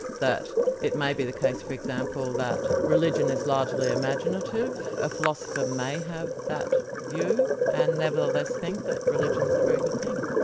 that it may be the case, for example, that religion is largely imaginative a philosopher may have that view, and nevertheless think that religion's a very good thing.